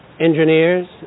engineers